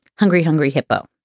hungry, hungry hippo.